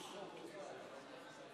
כנסת נכבדה,